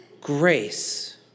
grace